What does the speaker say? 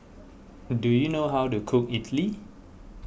do you know how to cook Idly